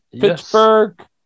Pittsburgh